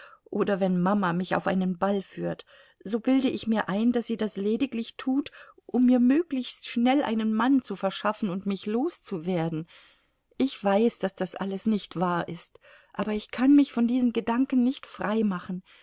oder wenn mama mich auf einen ball führt so bilde ich mir ein daß sie das lediglich tut um mir möglichst schnell einen mann zu verschaffen und mich los zu werden ich weiß daß das alles nicht wahr ist aber ich kann mich von diesen gedanken nicht frei